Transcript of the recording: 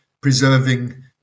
preserving